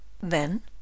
Then